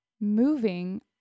moving